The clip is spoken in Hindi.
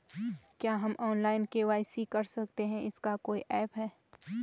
क्या हम ऑनलाइन के.वाई.सी कर सकते हैं इसका कोई ऐप है?